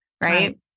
Right